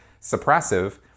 suppressive